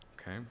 okay